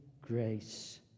grace